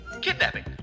Kidnapping